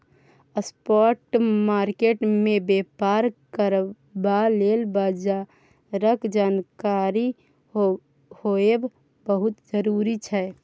spot market मे बेपार करबा लेल बजारक जानकारी होएब बहुत जरूरी छै